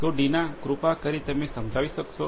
તો ડીના કૃપા કરી તમે સમજાવી શકશો